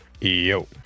Yo